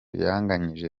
yanganyije